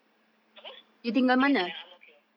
apa tinggal mana ang mo kio